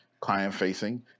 client-facing